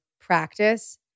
practice